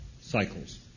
cycles